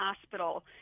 hospital